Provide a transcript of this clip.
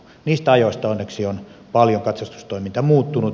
niistä ajoista onneksi on paljon katsastustoiminta muuttunut